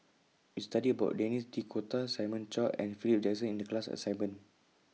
We studied about Denis D'Cotta Simon Chua and Philip Jackson in The class assignment